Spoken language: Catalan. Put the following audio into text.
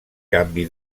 canvi